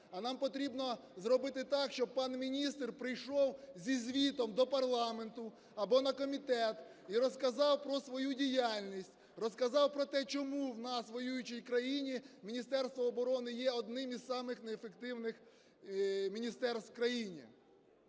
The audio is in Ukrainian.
а нам потрібно зробити так, щоб пан міністр прийшов зі звітом до парламенту або на комітет і розказав про свою діяльність, розказав про те, чому у нас, у воюючій країні, Міністерство оборони є одним із самих неефективних міністерств в країні.